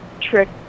trick